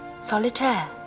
Solitaire